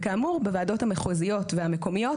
וכאמור, בוועדות המחוזיות והמקומיות